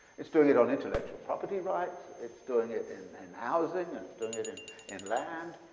it's doing it on intellectual property rights, it's doing it in and housing and it's doing it in in land.